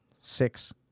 Six